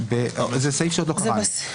זה בסעיף שעוד לא קראנו.